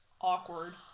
Awkward